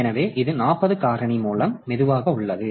எனவே இது 40 காரணி மூலம் மெதுவாக உள்ளது